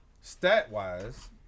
stat-wise